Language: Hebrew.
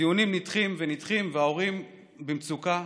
הדיונים נדחים ונדחים, וההורים במצוקה.